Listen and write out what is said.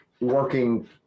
working